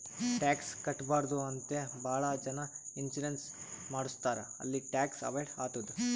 tax ಕಟ್ಬಾರ್ದು ಅಂತೆ ಭಾಳ ಜನ ಇನ್ಸೂರೆನ್ಸ್ ಮಾಡುಸ್ತಾರ್ ಅಲ್ಲಿ ಟ್ಯಾಕ್ಸ್ ಅವೈಡ್ ಆತ್ತುದ್